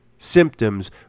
symptoms